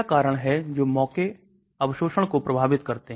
Lipophilicity द्वारा बहुत से कारक प्रभावित होते है